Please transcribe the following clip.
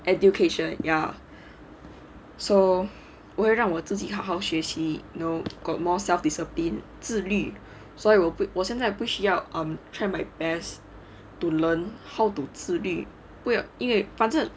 educations ya so 我会让我自己好好学习 you know got more self discipline 自律所以我我现在不需要 um try my best to learn how to 自律不要因为反正